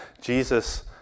Jesus